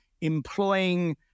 employing